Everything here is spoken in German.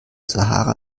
sahara